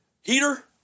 heater